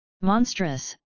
Monstrous